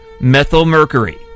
methylmercury